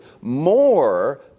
More